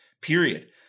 period